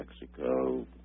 Mexico